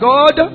God